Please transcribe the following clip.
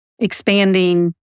expanding